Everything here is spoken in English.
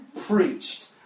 Preached